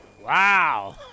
Wow